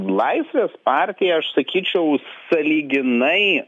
laisvės partija aš sakyčiau sąlyginai